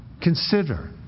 Consider